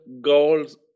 goals